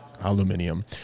Aluminium